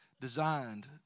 designed